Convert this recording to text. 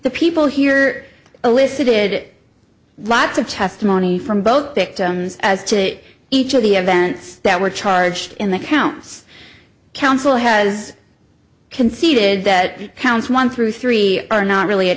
the people here elicited lots of testimony from both victims as to each of the events that were charged in the counts counsel has conceded that counts one through three are not really a